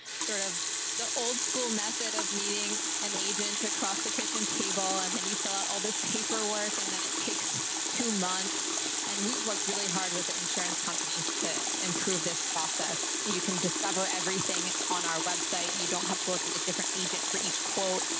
sort of the old school method of meeting an agent across the kitchen table, and then you fill out all this paperwork and then it takes. two months and we worked really hard with the insurance companies to improve this process. you can discover everything on our website. you don't have to work with a different agent for each quote.